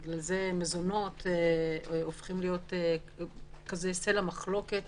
בגלל זה מזונות הופכים להיות כזה סלע מחלוקת